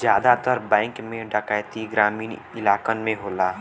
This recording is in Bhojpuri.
जादातर बैंक में डैकैती ग्रामीन इलाकन में होला